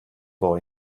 boy